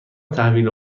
تحویل